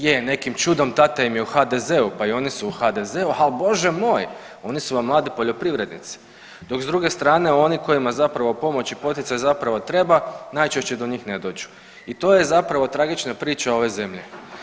Je nekim čudom tata im je u HDZ-u, pa i oni su u HDZ-u, ali Bože moj oni su vam mladi poljoprivrednici, dok s druge strane oni kojima zapravo pomoći poticaj treba najčešće do njih ne dođu i to je zapravo tragična priča ove zemlje.